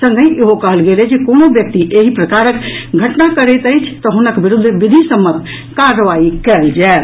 संगहि इहो कहल गेल अछि जे कोनो व्यक्ति एहि प्रकारक घटना करैत अछि तऽ हुनक विरूद्व विधि सम्मत कार्रवाई कयल जायत